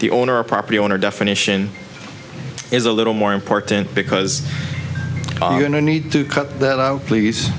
the owner or property owner definition is a little more important because i'm going to need to cut that out please